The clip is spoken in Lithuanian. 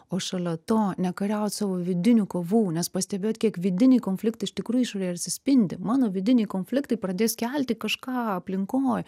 o šalia to nekariaut savo vidinių kovų nes pastebėjot kiek vidiniai konfliktai iš tikrųjų išorėje ir atsispindi mano vidiniai konfliktai pradės kelti kažką aplinkoj